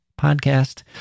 podcast